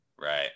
Right